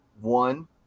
one